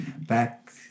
back